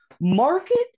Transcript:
market